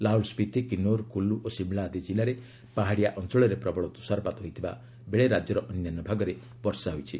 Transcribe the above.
ଲାହୁଲ ସ୍ୱିତି କିନ୍ନଉର କୁଲ୍କୁ ଓ ସିମଳା ଆଦି ଜିଲ୍ଲାର ପାହାଡ଼ିଆ ଅଞ୍ଚଳରେ ପ୍ରବଳ ତୁଷାରପାତ ହୋଇଥିବା ବେଳେ ରାଜ୍ୟର ଅନ୍ୟାନ୍ୟ ଭାଗରେ ବର୍ଷା ହୋଇଛି